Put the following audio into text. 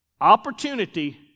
opportunity